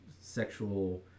sexual